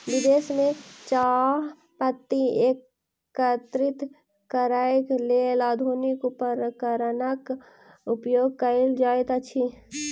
विदेश में चाह पत्ती एकत्रित करैक लेल आधुनिक उपकरणक उपयोग कयल जाइत अछि